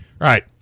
right